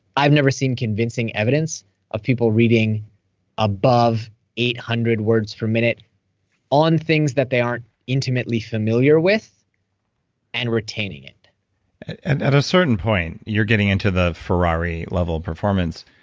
i've never seen convincing evidence of people reading above eight hundred words per minute on things that they aren't intimately familiar with and retaining it and at a certain point, you're getting into the ferrari level of performance.